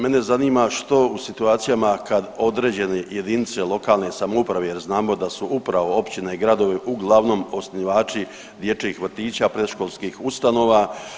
Mene zanima što u situacijama kad određene jedinice lokalne samouprave jer znamo da su upravo općine i gradovi uglavnom osnivači dječjih vrtića, predškolskih ustanova.